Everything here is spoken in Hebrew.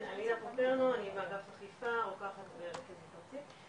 אני אלינה פופרנו אני מאגף אכיפה רוקחת במשרד הבריאות,